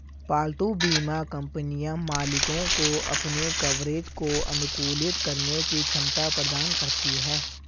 पालतू बीमा कंपनियां मालिकों को अपने कवरेज को अनुकूलित करने की क्षमता प्रदान करती हैं